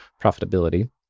profitability